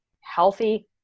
healthy